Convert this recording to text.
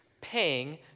paying